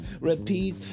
repeat